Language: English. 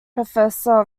professor